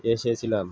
এসেছিলাম